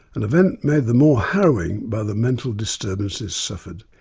an event made the more harrowing by the mental disturbances suffered.